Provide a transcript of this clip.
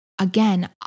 again